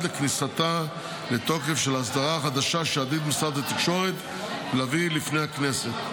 לכניסתה לתוקף של ההסדרה החדשה שעתיד משרד התקשורת להביא בפני הכנסת.